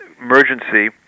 emergency